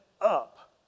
up